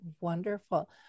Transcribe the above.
Wonderful